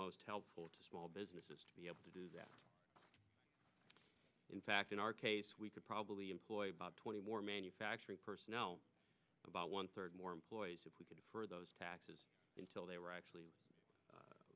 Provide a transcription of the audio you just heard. most helpful to small businesses to be able to do that in fact in our case we could probably employ twenty more manufacturing personnel about one third more employees if we could for those taxes until they were actually